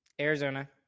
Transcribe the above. Arizona